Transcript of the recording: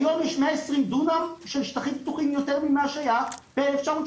היום יש 120 דונם של שטחים פתוחים יותר ממה שהיה ב-1983.